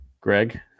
Greg